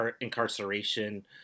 incarceration